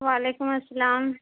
و علیکم السلام